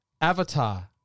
Avatar